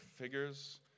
figures